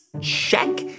Check